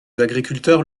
agriculteurs